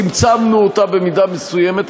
צמצמנו אותה במידה מסוימת,